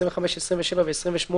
27 ו-28